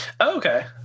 Okay